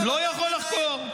לא יכול לחקור.